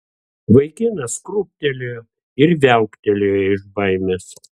vaikinas krūptelėjo ir viauktelėjo iš baimės